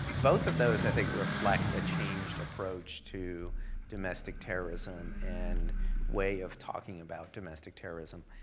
both of those i think reflect a changed approach to domestic terrorism, and way of talking about domestic terrorism